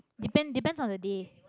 depend depends on the day